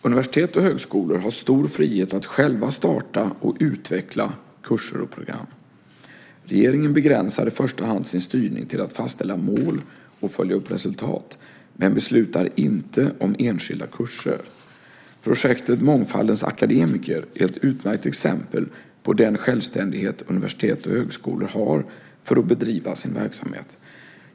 Universitet och högskolor har stor frihet att själva starta och utveckla kurser och program. Regeringen begränsar i första hand sin styrning till att fastställa mål och följa upp resultat men beslutar inte om enskilda kurser. Projektet Mångfaldens akademiker är ett utmärkt exempel på den självständighet universitet och högskolor har för att bedriva sin verksamhet.